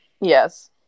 yes